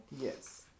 Yes